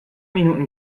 minuten